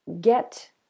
get